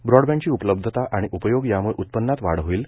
ब्रॉडबँडची उपलब्धता आणि उपयोग याम्ळं उत्पन्नात वाढ होईल